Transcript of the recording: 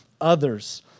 others